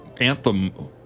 anthem